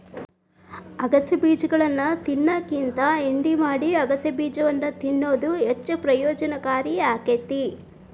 ಅಗಸೆ ಬೇಜಗಳನ್ನಾ ತಿನ್ನೋದ್ಕಿಂತ ಹಿಂಡಿ ಮಾಡಿ ಅಗಸೆಬೇಜವನ್ನು ತಿನ್ನುವುದು ಹೆಚ್ಚು ಪ್ರಯೋಜನಕಾರಿ ಆಕ್ಕೆತಿ